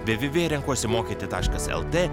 vėvėvė renkuosi mokyti taškas lt